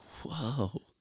whoa